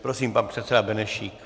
Prosím, pan předseda Benešík.